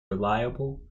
reliable